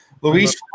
Luis